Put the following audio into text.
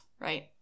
right